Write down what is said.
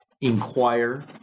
inquire